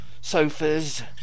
sofas